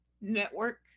network